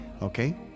okay